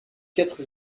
quatre